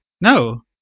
No